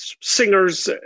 singers